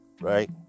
right